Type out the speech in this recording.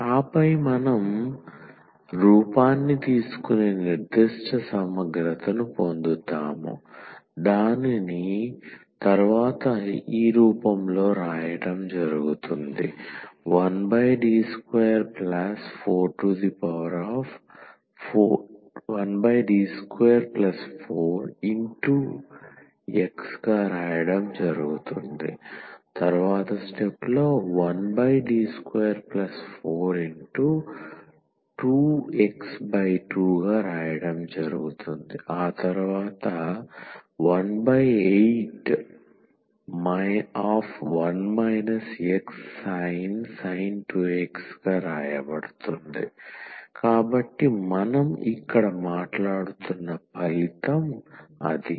ఆపై మనం రూపాన్ని తీసుకునే నిర్దిష్ట సమగ్రతను పొందుతాము 1D24x 1D242x 2 181 xsin 2x కాబట్టి మనం ఇక్కడ మాట్లాడుతున్న ఫలితం అది